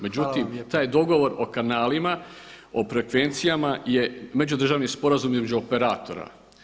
Međutim, taj dogovor o kanalima, o frekvencijama je međudržavni sporazum između operatora.